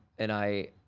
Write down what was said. and i